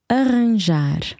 arranjar